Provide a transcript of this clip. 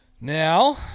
Now